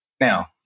Now